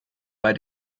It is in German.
bei